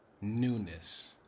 newness